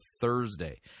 Thursday